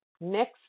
next